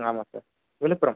ஆமாம் சார் விழுப்புரம்